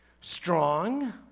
Strong